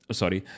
sorry